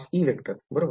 ∇× बरोबर